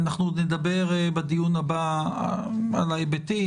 אנחנו עוד נדבר בדיון הבא על ההיבטים,